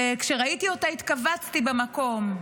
שכשראיתי אותה התכווצתי במקום: